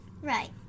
Right